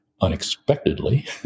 unexpectedly